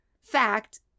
fact